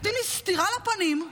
נותנים לי סטירה לפנים,